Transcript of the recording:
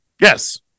Yes